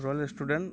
royal student